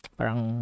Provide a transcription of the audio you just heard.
Parang